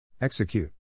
Execute